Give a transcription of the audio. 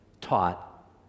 taught